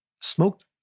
smoked